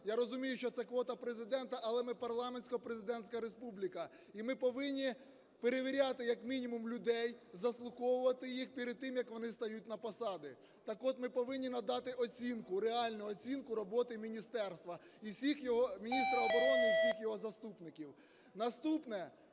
Я розумію, що це квота Президента, але ми парламентсько-президентська республіка і ми повинні перевіряти як мінімум людей, заслуховувати їх перед тим, як вони стають на посади. Так от, ми повинні надати оцінку, реальну оцінку роботи міністерства, міністра оборони і всіх його заступників.